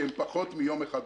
שהם פחות מיום אחד בשבוע.